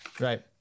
right